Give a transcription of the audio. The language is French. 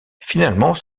finalement